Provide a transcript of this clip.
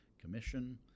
Commission